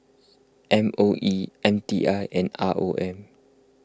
M O E M T I and R O M